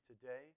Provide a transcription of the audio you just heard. today